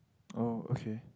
oh okay